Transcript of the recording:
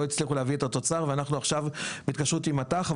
לא הצליחו להביא את התוצר ואנחנו עכשיו בהתקשרות עם מטח,